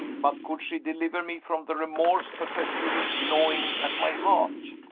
but could she deliver me from the remorse perpetually gnawing at my heart?